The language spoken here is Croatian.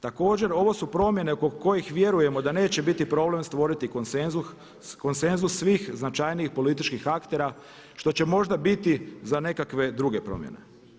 Također, ovo su promjene kod kojih vjerujemo da neće biti problem stvoriti konsenzus svih značajnijih političkih aktera što će možda biti za nekakve druge promjene.